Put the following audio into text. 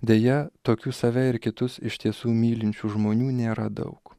deja tokių save ir kitus iš tiesų mylinčių žmonių nėra daug